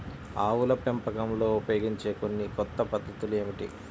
ఆవుల పెంపకంలో ఉపయోగించే కొన్ని కొత్త పద్ధతులు ఏమిటీ?